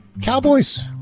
cowboys